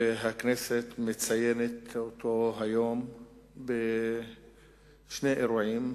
והכנסת מציינת אותו היום בשני אירועים,